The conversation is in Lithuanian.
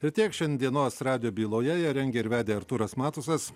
tai tiek šiandienos radijo byloje ją rengė ir vedė artūras matusas